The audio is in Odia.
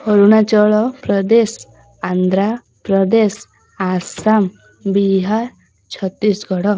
ଅରୁଣାଚଳ ପ୍ରଦେଶ ଆନ୍ଧ୍ରପ୍ରଦେଶ ଆସାମ ବିହାର ଛତିଶଗଡ଼